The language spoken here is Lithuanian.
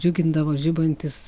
džiugindavo žibantys